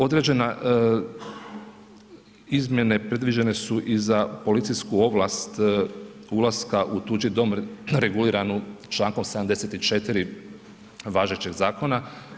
Određene izmjene predviđene su i za policijsku ovlast ulaska u tuđi dom reguliranu Člankom 74. važećeg zakona.